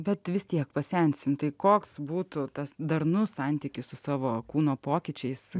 bet vis tiek pasensime tai koks būtų tas darnus santykis su savo kūno pokyčiais